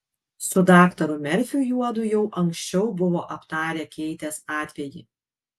su daktaru merfiu juodu jau anksčiau buvo aptarę keitės atvejį